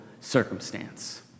circumstance